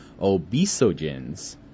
obesogens